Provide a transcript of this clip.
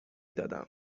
دادم